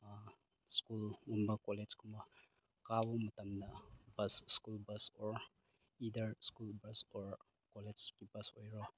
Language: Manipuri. ꯁ꯭ꯀꯨꯜꯒꯨꯝꯕ ꯀꯣꯂꯦꯖꯀꯨꯝꯕ ꯀꯥꯕ ꯃꯇꯝꯗ ꯕꯁ ꯁ꯭ꯀꯨꯜ ꯕꯁ ꯑꯣꯔ ꯏꯗꯔ ꯁ꯭ꯀꯨꯜ ꯕꯁ ꯑꯣꯔ ꯀꯣꯂꯦꯖꯀꯤ ꯕꯁ ꯑꯣꯏꯔꯣ